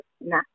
nah